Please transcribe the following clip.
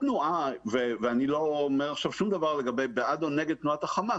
אני לא אומר עכשיו שום דבר בעד או נגד תנועת החמאס,